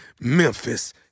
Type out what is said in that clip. Memphis